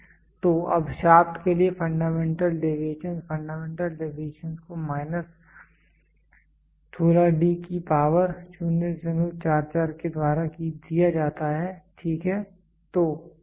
तो अब शाफ्ट के लिए फंडामेंटल डेविएशंस फंडामेंटल डेविएशंस को माइनस 16 D की पावर 044 के द्वारा दिया जाता है ठीक है